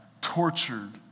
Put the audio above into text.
tortured